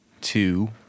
Two